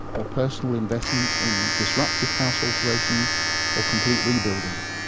or personal investment in disruptive house alterations or complete rebuilding.